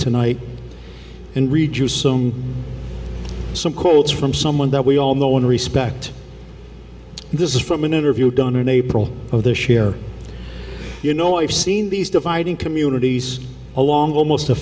tonight and read you some some quotes from someone that we all know and respect and this is from an interview done in april of this year you know i've seen these dividing communities along almost a